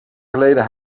geleden